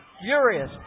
furious